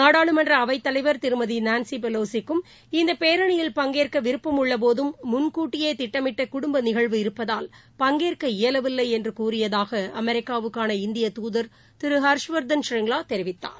நாடாளுமன்றஅவைத்தவைவர் திருமதிநான்சிபெவோசிக்கும் இந்தபேரணியில் பங்கேற்கவிருப்பம் உள்ளபோதும் முன்கூட்டியேதிட்டமிட்டகுடும்பநிகழ்வு இருப்பதால் பங்கேற்க இயலவில்லைஎன்றுகூறியதாகஅமெரிக்காவுக்கான இந்திய தூதர் திருஹர்ஷ்வர்தன் ஷ்ரிங்லாதெரிவித்தார்